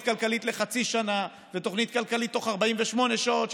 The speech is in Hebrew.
כלכלית לחצי שנה ותוכנית כלכלית תוך 48 שעות,